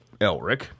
Elric